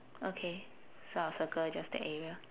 okay so I'll circle just the area